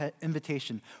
invitation